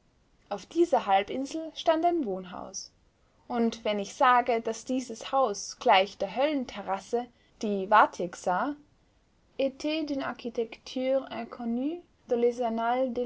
auf dieser halbinsel stand ein wohnhaus und wenn ich sage daß dieses haus gleich der höllenterrasse die vathek sah